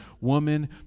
Woman